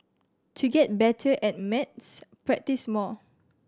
to get better at maths practise more